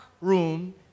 room